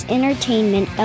Entertainment